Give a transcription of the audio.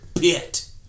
pit